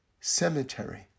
Cemetery